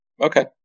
Okay